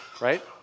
right